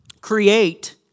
create